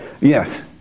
Yes